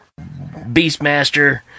Beastmaster